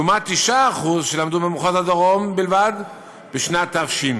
לעומת 9% שלמדו במחוז הדרום בלבד בשנת תש"ן.